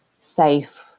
safe